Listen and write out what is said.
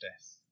death